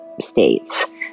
states